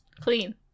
Clean